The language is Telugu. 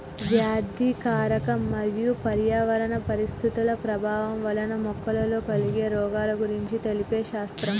వ్యాధికారక మరియు పర్యావరణ పరిస్థితుల ప్రభావం వలన మొక్కలలో కలిగే రోగాల గురించి తెలిపే శాస్త్రం